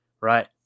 right